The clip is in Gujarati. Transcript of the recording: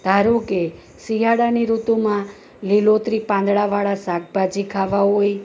ધારો કે શિયાળાની ઋતુમાં લીલોતરી પાંદડાંવાળા શાકભાજી ખાવાં હોય